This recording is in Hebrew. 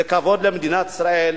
זה כבוד למדינת ישראל,